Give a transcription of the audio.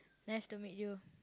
nice to meet you